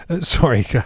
Sorry